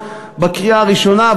בקריאה הראשונה.